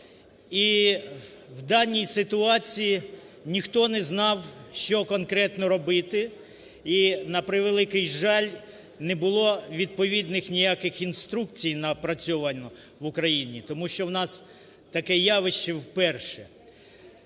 І в даній ситуації ніхто не знав, що конкретно робити. І, на превеликий жаль, не було відповідних ніяких інструкцій напрацьовано в Україні тому що в нас таке явище вперше.